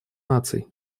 наций